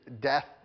death